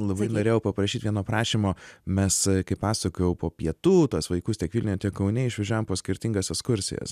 labai norėjau paprašyt vieno prašymo mes kaip pasakojau po pietų tuos vaikus tiek vilniuje tiek kaune išvežiojam po skirtingas ekskursijas